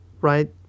right